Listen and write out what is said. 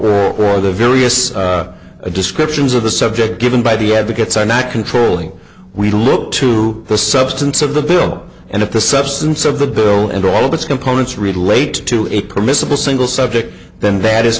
subject or the various descriptions of the subject given by the advocates are not controlling we look to the substance of the bill and if the substance of the bill and all of its components relate to it permissible single subject then that